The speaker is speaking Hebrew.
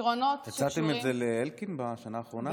הצעתם את זה לאלקין בשנה האחרונה?